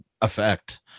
effect